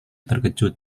terkejut